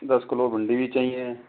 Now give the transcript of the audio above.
दस किलो भिंडी भी चाहिए